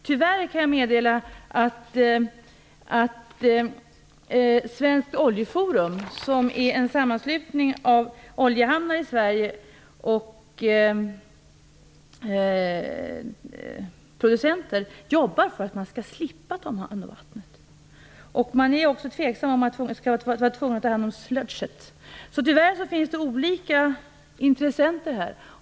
Tyvärr kan jag meddela att Svenskt oljeforum, som är en sammanslutning av oljehamnar och producenter i Sverige, jobbar för att man skall slippa att ta hand om vattnet. Man är också tveksam till om man skall vara tvungen att ta hand om "sluicet", så tyvärr finns det olika intressenter här.